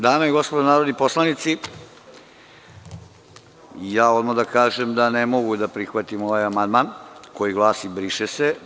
Dame i gospodo, narodni poslanici, odmah da kažem da ne mogu da prihvatim ovaj amandman koji glasi – briše se.